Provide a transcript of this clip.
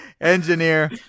Engineer